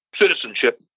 Citizenship